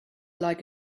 like